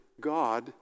God